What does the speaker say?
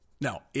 Now